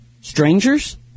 strangers